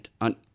on